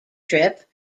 trip